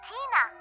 Tina